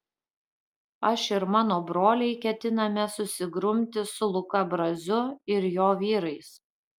aš ir mano broliai ketiname susigrumti su luka braziu ir jo vyrais